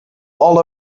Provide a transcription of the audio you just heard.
all